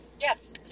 Yes